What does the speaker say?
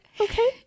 Okay